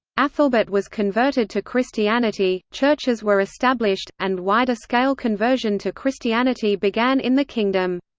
aethelberht was converted to christianity, churches were established, and wider-scale conversion to christianity began in the kingdom.